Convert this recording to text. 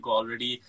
already